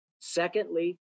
Secondly